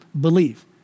believe